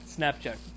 Snapchat